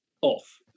off